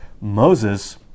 Moses